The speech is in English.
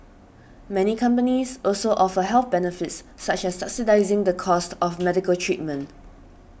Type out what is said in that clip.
many companies also offer health benefits such as subsidising the cost of medical treatment